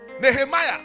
Nehemiah